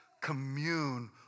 commune